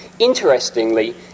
Interestingly